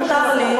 בזמן שנותר לי,